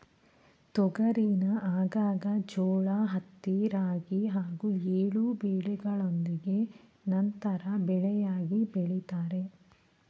ತೊಗರಿನ ಆಗಾಗ ಜೋಳ ಹತ್ತಿ ರಾಗಿ ಹಾಗೂ ಎಳ್ಳು ಬೆಳೆಗಳೊಂದಿಗೆ ಅಂತರ ಬೆಳೆಯಾಗಿ ಬೆಳಿತಾರೆ